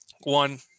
one